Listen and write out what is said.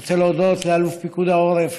אני רוצה להודות לאלוף פיקוד העורף,